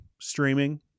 streaming